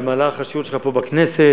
במהלך השהות שלך פה בכנסת,